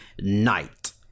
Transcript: night